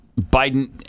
Biden